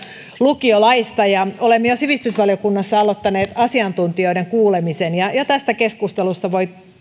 lukiolaista olemme sivistysvaliokunnassa jo aloittaneet asiantuntijoiden kuulemisen ja ja tästä keskustelusta voi